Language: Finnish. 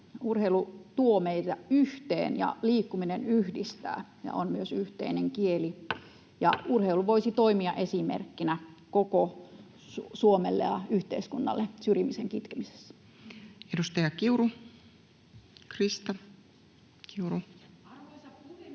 Urheilu tuo meidät yhteen, ja liikkuminen yhdistää ja on myös yhteinen kieli, ja urheilu voisi toimia esimerkkinä koko Suomelle ja yhteiskunnalle syrjimisen kitkemisessä. Edustaja Kiuru, Krista. Arvoisa puhemies!